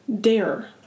Dare